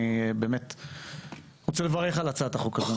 אני רוצה לברך על הצעת החוק הזו.